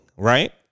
Right